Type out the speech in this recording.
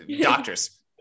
doctors